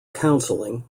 counseling